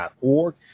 org